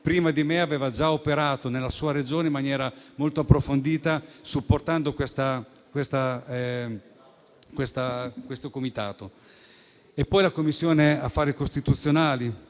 prima di me aveva già operato nella sua Regione in maniera molto approfondita supportando il comitato. Ringrazio la Commissione affari costituzionali,